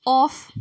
off